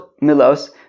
milos